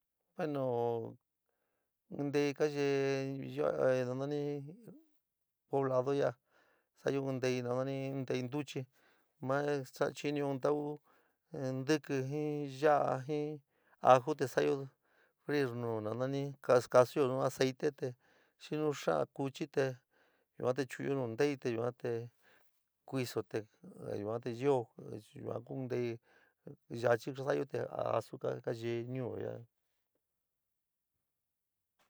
Bueno, tei kayee ya´a no nani poblado ya´a, sa´ayo in taií no nani dei ntochi, maa chounin in tau ntekí jir yo, jií aju te sa´ayo feir no nanoni, kas kas io nu aaíí te xi no xaa kuchi dee yuote chounyo nu inte te yoe te kuiso te yoe te yeeo, yua kuuin teii yachi kasa´ayo te asu kayeeo ñuuyo ya´a.